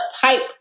type